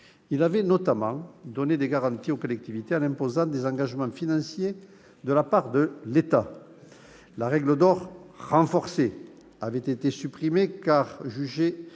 Il avait notamment donné des garanties aux collectivités en imposant des engagements financiers de la part de l'État. La règle d'or « renforcée » avait été supprimée, car jugée